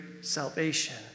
salvation